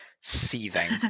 seething